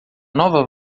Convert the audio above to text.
nova